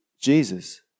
Jesus